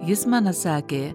jis man atsakė